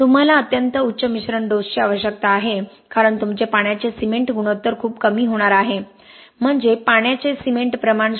तुम्हाला अत्यंत उच्च मिश्रण डोसची आवश्यकता आहे कारण तुमचे पाण्याचे सिमेंट गुणोत्तर खूप कमी होणार आहे म्हणजे पाण्याचे सिमेंट प्रमाण 0